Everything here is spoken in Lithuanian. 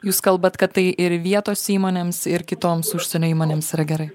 jūs kalbat kad tai ir vietos įmonėms ir kitoms užsienio įmonėms yra gerai